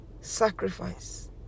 sacrifice